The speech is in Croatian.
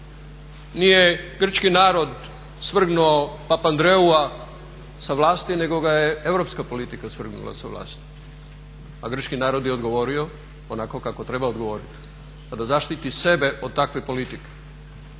Nije grčki narod svrgnuo Papandreua sa vlasti nego ga je europska politika svrgnula sa vlasti, a grčki narod je odgovorio onako kako treba odgovoriti da zaštiti sebe od takve politike.